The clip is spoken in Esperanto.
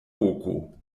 hoko